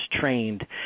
trained